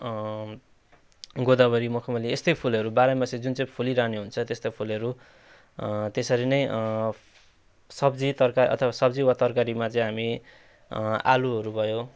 गदावरी मखमली यस्तै फुलहरू बाह्रैमासे जुन चाहिँ फुलिरहने हुन्छ त्यस्ता फुलहरू त्यसरी नै सब्जी तरकारी अथवा सब्जी वा तरकारीमा चाहिँ हामी आलुहरू भयो